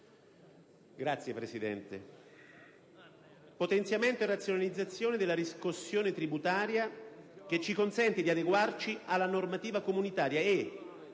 signora Presidente. Potenziamento, dicevo, e razionalizzazione della riscossione tributaria che ci consente di adeguarci alla normativa comunitaria e